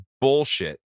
bullshit